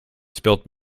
spilt